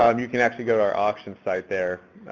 um you can actually go to our auction site there.